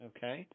Okay